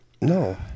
No